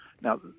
now